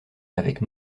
avec